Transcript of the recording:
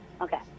Okay